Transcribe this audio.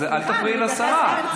אז אל תפריעי לשרה.